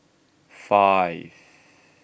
five